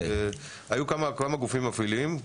היו כמה גופים מפעילים,